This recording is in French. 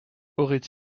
aurait